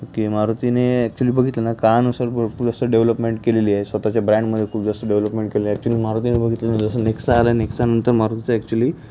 की मारुतीने ॲक्चुली बघितलं ना काळानुसार जास्त डेव्हलपमेंट केलेली आहे स्वतःच्या ब्रँडमध्ये खूप जास्त डेव्हलपमेंट केली आहे ॲक्चुली मारुतीने बघितलं जसं नेक्सा आलं नेक्सानंतर मारुतीचं ॲक्चुली